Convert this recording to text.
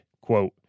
quote